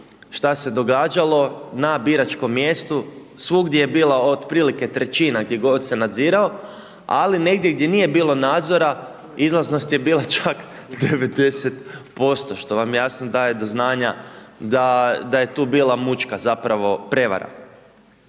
šta se događalo, na biračkom mjestu svugdje je bila otprilike trećina, gdje god se nadzirao, ali negdje gdje nije bilo nadzora izlaznost je bila čak 90% što vam jasno daje do znanja da je tu bila mučka zapravo prevara.